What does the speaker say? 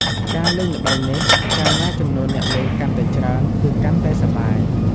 ការលេងល្បែងនេះ កាលណាចំនួនអ្នកលេងកាន់តែច្រើនគឺ កាន់តែសប្បាយ។